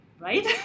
right